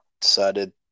decided